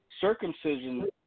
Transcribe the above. Circumcision